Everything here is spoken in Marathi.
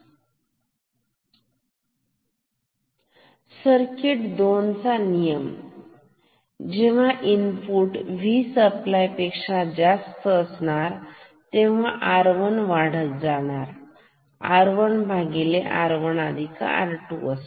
सर्किट 2 चा नियम जेव्हा इनपुट V सप्लाय पेक्षा जास्त असणार R1 वाढत जाणार R 1 R1 R2 असणार